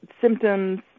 symptoms